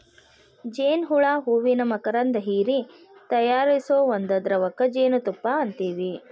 ಜೇನ ಹುಳಾ ಹೂವಿನ ಮಕರಂದಾ ಹೇರಿ ತಯಾರಿಸು ಒಂದ ದ್ರವಕ್ಕ ಜೇನುತುಪ್ಪಾ ಅಂತೆವಿ